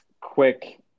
quick